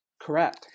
Correct